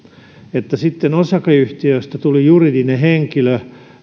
sitten osakeyhtiöstä tuli juridinen henkilö